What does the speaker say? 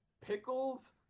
Pickles